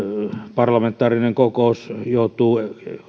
parlamentaarinen kokous joutuu